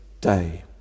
day